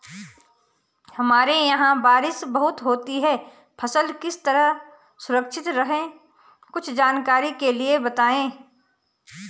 हमारे यहाँ बारिश बहुत होती है फसल किस तरह सुरक्षित रहे कुछ जानकारी के लिए बताएँ?